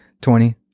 twenty